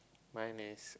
mine is